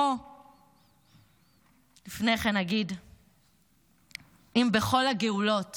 אם בכל הגאולות